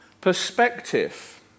perspective